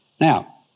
Now